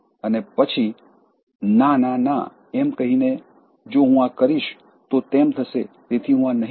અને પછી ના ના ના એમ કહીને જો હું આ કરીશ તો તેમ થશે તેથી હું આ નહીં કરું